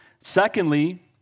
Secondly